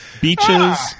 Beaches